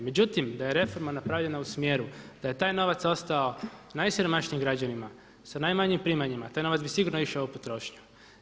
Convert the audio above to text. Međutim da je reforma napravljena u smjeru da je taj novac ostao najsiromašnijim građanima s najmanjim primanjima taj novac bi sigurno išao u potrošnju.